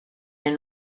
men